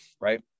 right